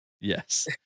yes